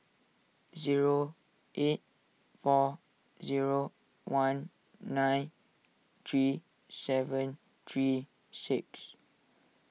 zero eight four zero one nine three seven three six